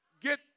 Get